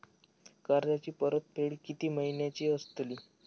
कर्जाची परतफेड कीती महिन्याची असतली?